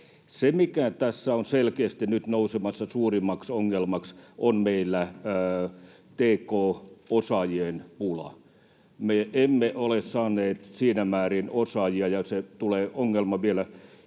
Se, mikä tässä on selkeästi nyt nousemassa suurimmaksi ongelmaksi, on meillä tk-osaajien pula. Me emme ole saaneet siinä määrin osaajia, ja se ongelma tulee